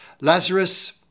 Lazarus